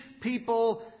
people